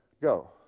Go